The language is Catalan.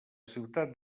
ciutat